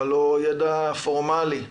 אבל לא ידע פורמלי,